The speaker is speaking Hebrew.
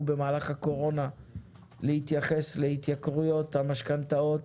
במהלך הקורונה להתייחס להתייקרויות המשכנתאות